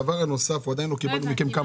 לא הבנתי למה.